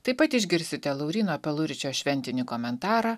taip pat išgirsite lauryno peluričio šventinį komentarą